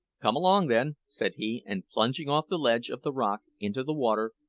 come along, then, said he and plunging off the ledge of the rock into the water,